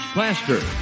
Plaster